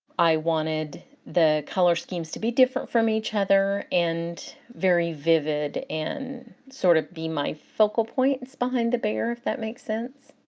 i wanted the colors schemes to be different from each other and very vivid, and sort of be my focal points, behind the bear, if that makes sense.